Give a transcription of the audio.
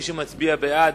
מי שמצביע בעד,